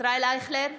ישראל אייכלר,